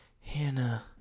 hannah